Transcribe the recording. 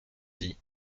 dit